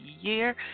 year